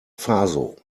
faso